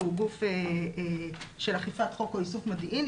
שהוא גוף של אכיפת חוק או איסוף מודיעין,